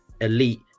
elite